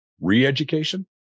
re-education